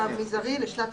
המנגנון הזה מייצר